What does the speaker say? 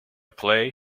play